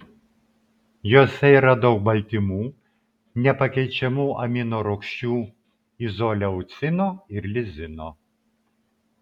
juose yra daug baltymų nepakeičiamų aminorūgščių izoleucino ir lizino